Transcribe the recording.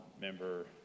member